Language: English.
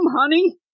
honey